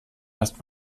erst